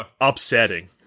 upsetting